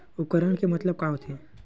उपकरण के मतलब का होथे?